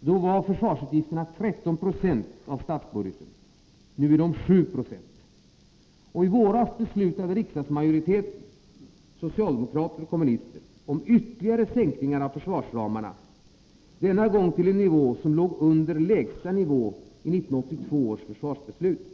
var försvarsutgifterna 13 20 av statsbudgeten. Nu är de 7 Zo. I våras beslutade riksdagsmajoriteten — socialdemokrater och kommunister — om ytterligare sänkningar av försvarsramarna, denna gång till en nivå som låg under lägsta nivån i 1982 års försvarsbeslut.